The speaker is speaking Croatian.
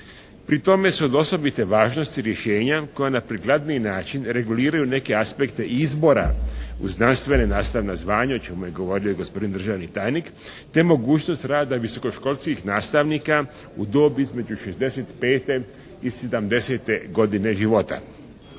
Pri tome su od osobite važnosti rješenja koja na prikladniji način reguliraju neke aspekta izbora u znanstvena nastavna zvanja o čemu je govorio i gospodin državni tajnik te mogućnost rada visoko školskih nastavnika u dobit između 65. i 70. godine života.